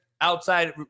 outside